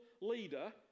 leader